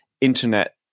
internet